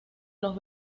los